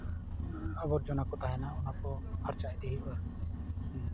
ᱟᱵᱚᱨᱡᱚᱱᱟ ᱠᱚ ᱛᱟᱦᱮᱱᱟ ᱚᱱᱟᱠᱚ ᱯᱷᱟᱨᱪᱟ ᱤᱫᱤ ᱦᱩᱭᱩᱜᱼᱟ ᱦᱩᱸ